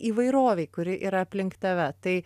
įvairovei kuri yra aplink tave tai